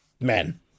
men